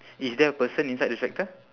is there a person inside the tractor